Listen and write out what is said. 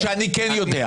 אמרת שאתה כן יודע.